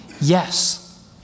Yes